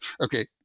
okay